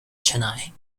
chennai